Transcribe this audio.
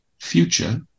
future